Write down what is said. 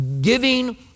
giving